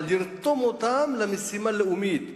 אבל לרתום אותם למשימה לאומית.